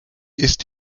ist